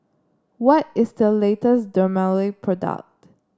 what is the latest Dermale product